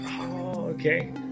Okay